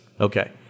Okay